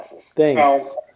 thanks